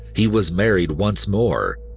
he was married once more,